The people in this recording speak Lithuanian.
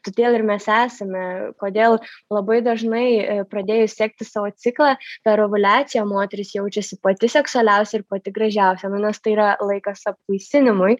todėl ir mes esame kodėl labai dažnai pradėjus sekti savo ciklą per ovuliaciją moteris jaučiasi pati seksualiausia ir pati gražiausia nes tai yra laikas apvaisinimui